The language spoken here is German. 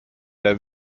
der